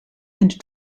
and